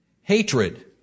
Hatred